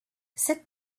sit